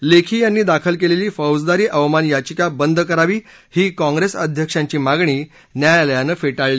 लेखी यांनी दाखल केलेली फौजदारी अवमान याचिका बंद करावी ही काँग्रेस अध्यक्षांची मागणी न्यायालयानं फेटाळली